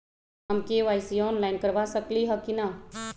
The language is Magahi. हम के.वाई.सी ऑनलाइन करवा सकली ह कि न?